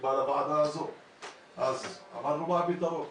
אז שאלנו מה הפתרון?